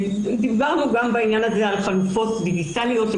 דיברנו בעניין הזה גם על חלופות דיגיטליות.